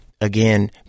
again